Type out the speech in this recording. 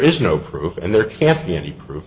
is no proof and there can't be any proof